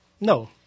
no